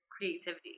creativity